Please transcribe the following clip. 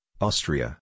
Austria